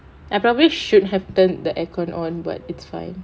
I probably should have turn the aircon on but it's fine